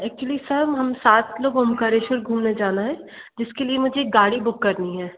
actually sir हम सात लोग ओंकारेश्वर घूमने जाना है जिसके लिए मुझे गाड़ी बुक करनी है